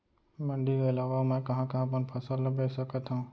मण्डी के अलावा मैं कहाँ कहाँ अपन फसल ला बेच सकत हँव?